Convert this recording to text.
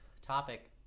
topic